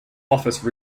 office